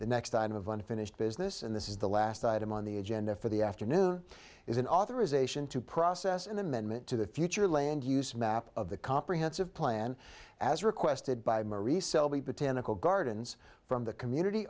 the next item of unfinished business and this is the last item on the agenda for the afternoon is an authorization to process in amendment to the future land use map of the comprehensive plan as requested by marie selby botanical gardens from the community